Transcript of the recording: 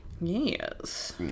Yes